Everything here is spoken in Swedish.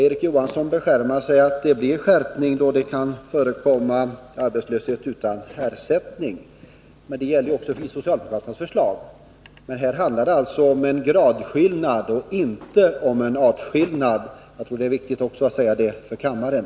Erik Johansson beskärmar sig över att det blir en skärpning, då det kan förekomma arbetslöshet utan ersättning. Men detta gäller även i socialdemokraternas förslag. Här handlar det alltså om en gradskillnad och inte om en artskillnad. Jag tror det är viktigt att säga detta inför kammaren.